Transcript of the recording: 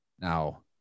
Now